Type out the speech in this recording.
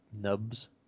nubs